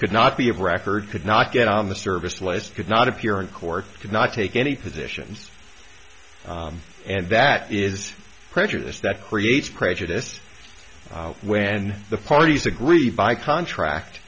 could not be of record could not get on the service list could not appear in court could not take any positions and that is prejudice that creates prejudice when the parties agree by contract